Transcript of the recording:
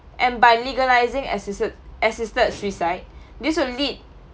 and by legalising assisted assisted suicide this will lead